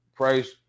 Price